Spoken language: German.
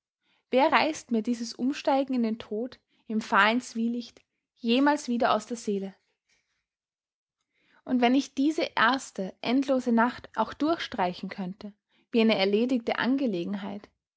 wer reißt mir dieses umsteigen in den tod im fahlen zwielicht jemals wieder aus der seele und wenn ich diese erste endlose nacht auch durchstreichen könnte wie eine erledigte angelegenheit